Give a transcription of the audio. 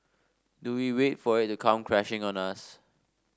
do we wait for it to come crashing on us